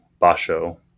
basho